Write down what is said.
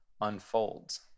unfolds